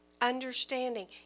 understanding